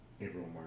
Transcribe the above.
April